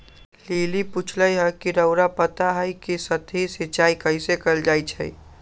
lily पुछलई ह कि रउरा पता हई कि सतही सिंचाई कइसे कैल जाई छई